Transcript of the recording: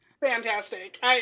Fantastic